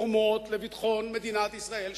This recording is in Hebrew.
הן מרגישות שהן תורמות לביטחון מדינת ישראל,